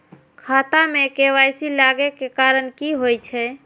खाता मे के.वाई.सी लागै के कारण की होय छै?